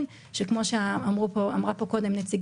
אני חושב ששתי הסוגיות